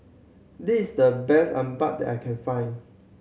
this is the best appam that I can find